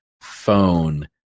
phone